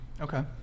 Okay